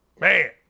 Man